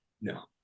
No